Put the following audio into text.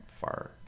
far